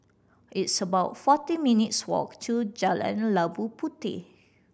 it's about fourteen minutes' walk to Jalan Labu Puteh